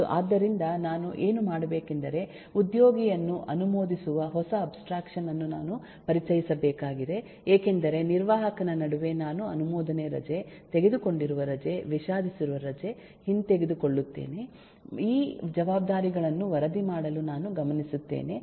ಮತ್ತುಆದ್ದರಿಂದ ನಾನು ಏನು ಮಾಡಬೇಕೆಂದರೆ ಉದ್ಯೋಗಿಯನ್ನು ಅನುಮೋದಿಸುವ ಹೊಸ ಅಬ್ಸ್ಟ್ರಾಕ್ಷನ್ ಅನ್ನು ನಾನು ಪರಿಚಯಿಸಬೇಕಾಗಿದೆ ಏಕೆಂದರೆ ನಿರ್ವಾಹಕನ ನಡುವೆ ನಾನು ಅನುಮೋದನೆ ರಜೆ ತೆಗೆದುಕೊಂಡಿರುವ ರಜೆ ವಿಷಾದಿಸಿರುವ ರಜೆ ಹಿಂತೆಗೆದುಕೊಳ್ಳುತ್ತೇನೆ ಈ ಜವಾಬ್ದಾರಿಗಳನ್ನು ವರದಿ ಮಾಡಲು ನಾನು ಗಮನಿಸುತ್ತೇನೆ